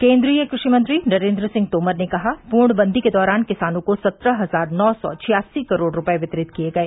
केन्द्रीय कृषि मंत्री नरेन्द्र सिंह तोमर ने कहा पूर्णबंदी के दौरान किसानों को सत्रह हजार नौ सौ छियासी करोड़ रूपए वितरित किए गए